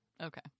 Okay